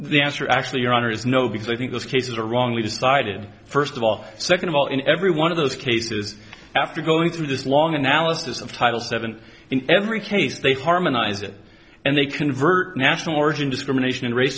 the answer actually your honor is no because i think those cases are wrongly decided first of all second of all in every one of those cases after going through this long analysis of title seven in every case they harmonize it and they convert national origin discrimination and rac